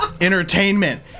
Entertainment